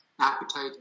appetite